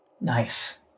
nice